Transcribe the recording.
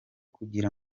kugira